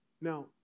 now